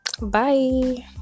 Bye